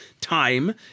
time